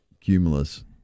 cumulus